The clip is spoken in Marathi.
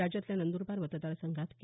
राज्यातल्या नंदुरबार मतदार संघात के